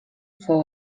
fou